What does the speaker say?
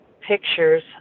pictures